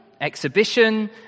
exhibition